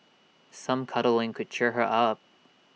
some cuddling could cheer her up